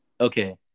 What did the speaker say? Okay